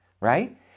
right